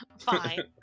fine